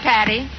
Patty